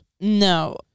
No